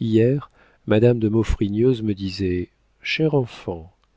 hier madame de maufrigneuse me disait chère enfant